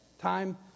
Time